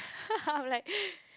I'm like